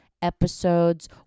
episodes